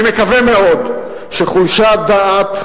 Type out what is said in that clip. אני מקווה מאוד שחולשת דעת,